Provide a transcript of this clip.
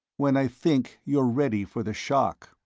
when i think you're ready for the shock,